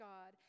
God